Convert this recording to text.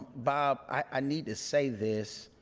bob i need to say this.